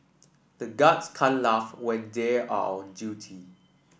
the guards can't laugh when they are on duty